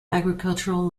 agricultural